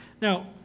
Now